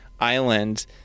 island